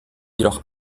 jedoch